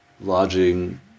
lodging